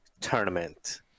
tournament